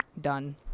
done